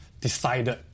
decided